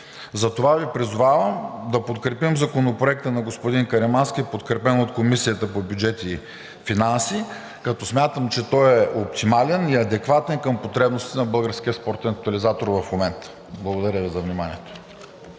Затова Ви призовавам да подкрепим Законопроекта на господин Каримански, подкрепен от Комисията по бюджет и финанси, като смятам, че той е оптимален и адекватен към потребностите на Българския спортен тотализатор в момента. Благодаря Ви за вниманието.